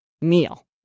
meal